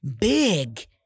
big